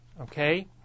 okay